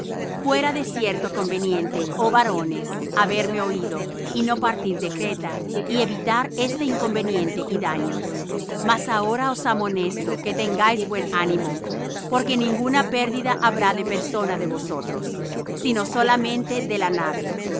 fuera de cierto conveniente oh varones haberme oído y no partir de creta y evitar este inconveniente y daño mas ahora os amonesto que tengáis buen ánimo porque ninguna pérdida habrá de persona de vosotros sino solamente de la nave